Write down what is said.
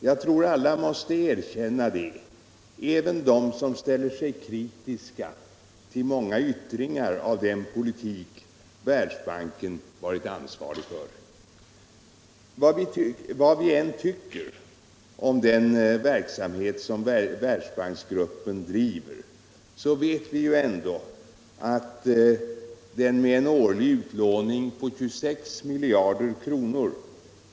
Detta tror jag alla måste erkänna - även de som ställer sig kritiska till många ytwringar av den politik som Världsbanken varit ansvarig för. Vad vi än tycker om den verksamhet Världsbanksgruppen driver vet vi ändå att den med en årlig utlåning på 26 miljarder kr.